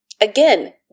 Again